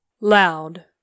LOUD